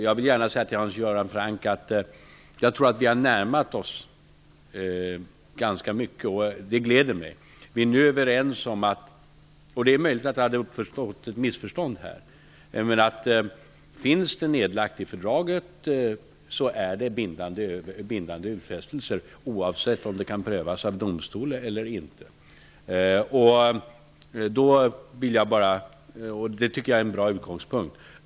Jag vill till Hans Göran Franck säga att jag tror att vi har närmat oss varandra ganska mycket. Det gläder mig. Det är möjligt att det hade uppstått ett missförstånd, men finns utfästelser fastlagda i fördraget så är de bindande, oavsett om de kan prövas av domstol eller inte. Det är en bra utgångspunkt.